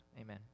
Amen